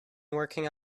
working